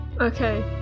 okay